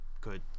good